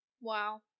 Wow